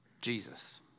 Jesus